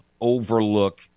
overlook –